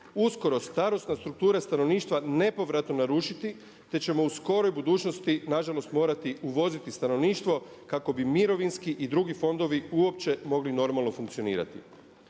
uskoro starosna struktura stanovništva nepovratno narušiti, te ćemo u skoroj budućnosti nažalost morati uvoziti stanovništvo kako bi mirovinski i drugi fondovi uopće mogli normalno funkcionirati?